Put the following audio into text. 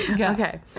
okay